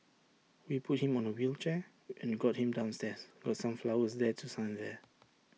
we put him on A wheelchair and got him downstairs got some flowers there to sign there